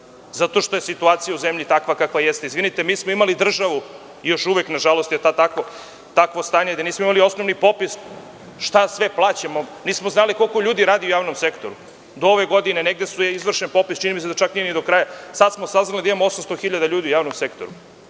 zato što je situacija u zemlji takva kakva jeste. Izvinite, mi smo imali državu, i još uvek nažalost je takvo stanje, da nismo imali osnovni popis šta sve plaćamo. Nismo znali koliko ljudi radi u javnom sektoru do ove godine. Negde je izvršen popis. Čini mi se da nije do kraja. Sada smo saznali da imamo 800.000 ljudi u javnom sektoru.